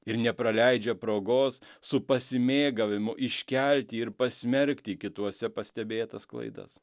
ir nepraleidžia progos su pasimėgavimu iškelti ir pasmerkti kituose pastebėtas klaidas